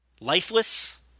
lifeless